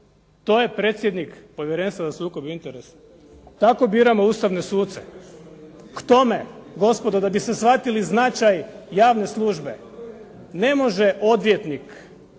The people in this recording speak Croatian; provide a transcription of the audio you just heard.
To je predsjednik Povjerenstva za sukob interesa? Tako biramo ustavne suce? K tome gospodo da biste shvatili značaj javne službe, ne može odvjetnik,